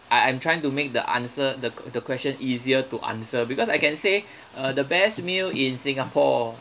I I'm trying to make the answer the q~ the question easier to answer because I can say uh the best meal in singapore